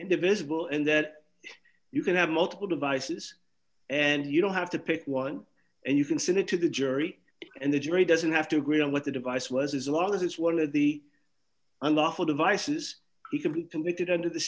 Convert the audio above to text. visible and that you can have multiple devices and you don't have to pick one and you can send it to the jury and the jury doesn't have to agree on what the device was as long as it's one of the unlawful devices he can be convicted under the